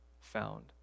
found